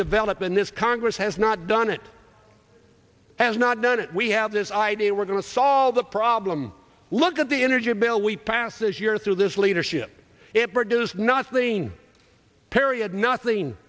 developed in this congress has not done it has not done it we have this idea we're going to solve the problem look at the energy bill we passed this year through this leadership it produced nothing period nothing